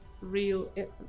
real